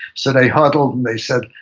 so they huddled and they said,